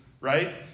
right